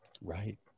Right